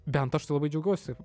bent aš tai labai džiaugiausi